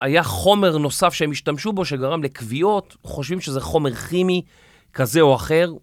היה חומר נוסף שהם השתמשו בו שגרם לכוויות? חושבים שזה חומר כימי כזה או אחר?